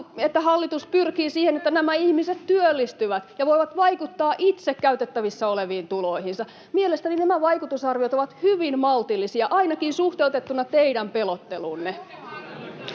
hallitus pyrkii siihen, että nämä ihmiset työllistyvät ja voivat itse vaikuttaa käytettävissä oleviin tuloihinsa. Mielestäni nämä vaikutusarviot ovat hyvin maltillisia ainakin suhteutettuna teidän pelotteluunne.